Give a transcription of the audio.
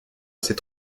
ces